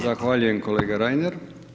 Zahvaljujem kolega Reiner.